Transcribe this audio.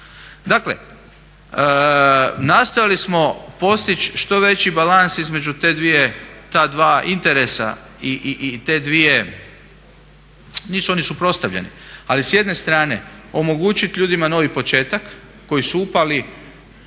Dakle, nastojali smo postići što veći balans između te dvije, ta dva interesa i te dvije nisu oni suprotstavljeni. Ali s jedne strane omogućit ljudima novi početak koji su upali